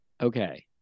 okay